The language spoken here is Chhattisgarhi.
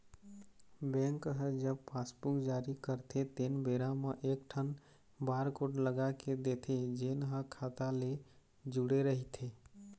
बेंक ह जब पासबूक जारी करथे तेन बेरा म एकठन बारकोड लगा के देथे जेन ह खाता ले जुड़े रहिथे